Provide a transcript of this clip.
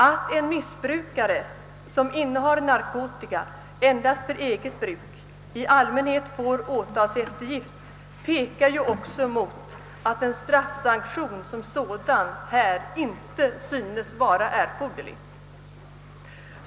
Att en missbrukare som innehar narkotika endast för eget bruk i allmänhet får åtalseftergift pekar ju också emot att en straffsanktion som sådan här inte synes vara erforderlig.